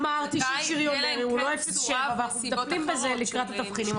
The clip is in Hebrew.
אמרתי ששריונר הוא לא 07 ואנחנו מטפלים בזה לקראת התבחינים הבאים.